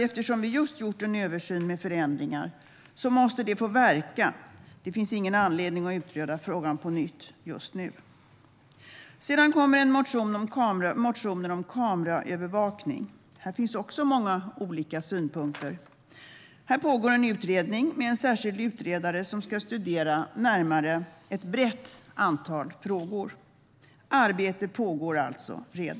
Eftersom vi nyss gjort en översyn med förändringar måste vi låta de förändringarna få verka. Det finns ingen anledning att utreda frågan på nytt just nu. Sedan kommer motioner om kameraövervakning. Här finns också många olika synpunkter. Här pågår en utredning med en särskild utredare som närmare ska studera ett brett antal frågor. Arbete pågår alltså.